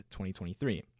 2023